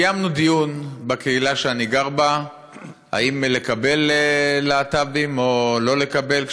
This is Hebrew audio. קיימנו דיון בקהילה שאני גר בה אם לקבל להט"בים או לא לקבל,